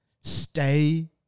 stay